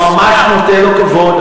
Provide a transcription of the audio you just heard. אני ממש נותן לו כבוד.